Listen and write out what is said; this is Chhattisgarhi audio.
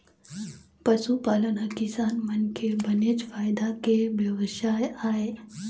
पशुपालन ह किसान मन के बनेच फायदा के बेवसाय आय